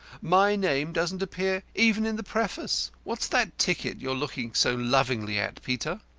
my name doesn't appear even in the preface. what's that ticket you're looking so lovingly at, peter?